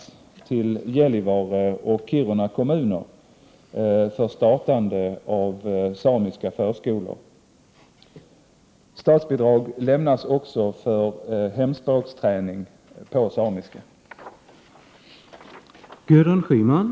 1988/89:117 lämnats till Gällivare och Kiruna kommuner för startande av samiska 19 maj 1989